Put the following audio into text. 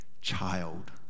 child